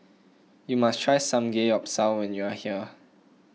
you must try Samgeyopsal when you are here